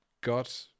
got